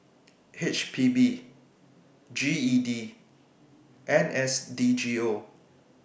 H P B G E D and N S D G O